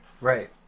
Right